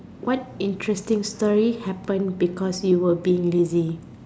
what interesting story happen because you were being lazy